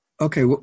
Okay